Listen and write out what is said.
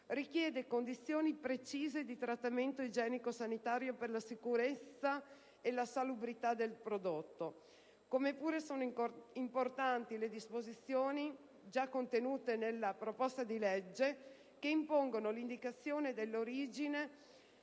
richiede condizioni precise di trattamento igienico-sanitario per la sicurezza di salubrità del prodotto; come pure sono importanti le disposizioni, già contenute nella proposta di legge, che impongono l'indicazione dell'origine